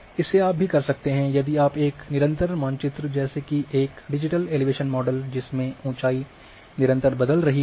इसे आप भी कर सकते हैं यदि आप एक निरंतर मानचित्र जैसे कि एक डिजिटल एलिवेशन मॉडल जिसमे ऊंचाई निरंतर बदल रही है